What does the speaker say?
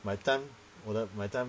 my time 我的 my time